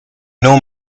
know